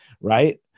Right